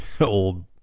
Old